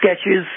sketches